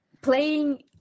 playing